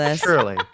Surely